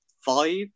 Five